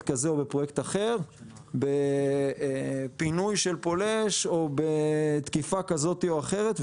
כזה או בפרויקט אחר פינוי של פולש או בתקיפה כזאת או אחרת,